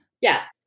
Yes